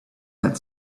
had